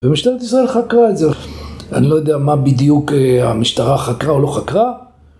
ומשטרת ישראל חקרה את זה, אני לא יודע מה בדיוק המשטרה חקרה או לא חקרה